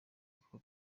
avuga